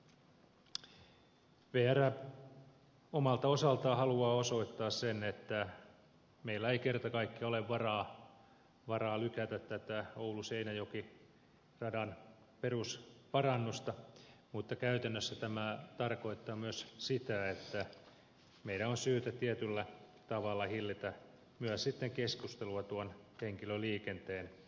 vr omalta osaltaan haluaa osoittaa sen että meillä ei kerta kaikkiaan ole varaa lykätä tätä ouluseinäjoki radan perusparannusta mutta käytännössä tämä tarkoittaa myös sitä että meidän on syytä tietyllä tavalla myös sitten hillitä keskustelua tuon henkilöliikenteen avaamisesta kilpailulle